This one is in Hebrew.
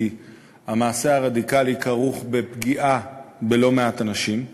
המעשה הרדיקלי כרוך בפגיעה בלא מעט אנשים.